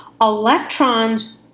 Electrons